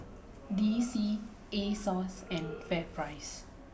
D C Asos and FairPrice